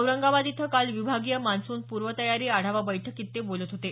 औरंगाबाद इथं काल विभागीय मान्सून पूर्वतयारी बैठकीत ते बोलत होते